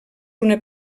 una